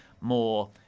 more